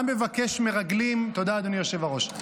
תודה, אדוני היושב-ראש.